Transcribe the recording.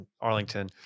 Arlington